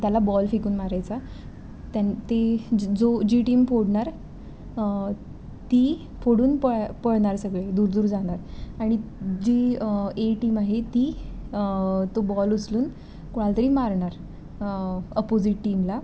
त्याला बॉल फेकून मारायचा त्या ते जो जी टीम फोडणार ती फोडून पळ पळणार सगळे दूर दूर जाणार आणि जी ए टीम आहे ती तो बॉल उचलून कुणाला तरी मारणार अपोझीट टीमला